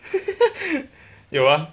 有啊